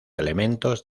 elementos